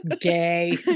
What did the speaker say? Gay